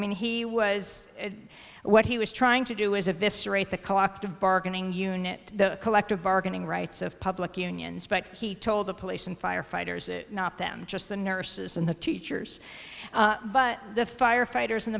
mean he was what he was trying to do is a vis the collective bargaining unit the collective bargaining rights of look unions but he told the police and firefighters it not them just the nurses and the teachers but the firefighters and